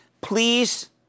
Please